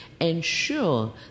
ensure